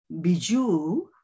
bijou